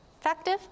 Effective